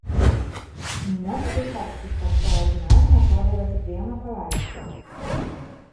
net čaikovskis per savo gyvenimą pardavė tik vieną paveikslą